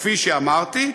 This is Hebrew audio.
כפי שאמרתי,